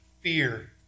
fear